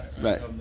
Right